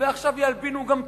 עכשיו ילבינו גם תרומות.